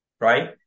right